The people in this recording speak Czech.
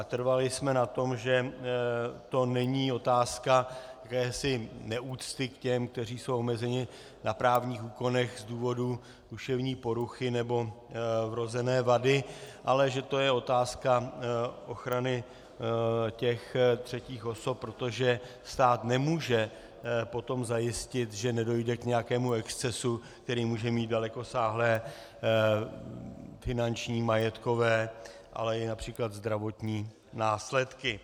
Trvali jsme na tom, že to není otázka jakési neúcty k těm, kteří jsou omezeni na právních úkonech z důvodu duševní poruchy nebo vrozené vady, ale že to je otázka ochrany těch třetích osob, protože stát nemůže potom zajistit, že nedojde k nějakému excesu, který může mít dalekosáhlé finanční, majetkové, ale i např. zdravotní následky.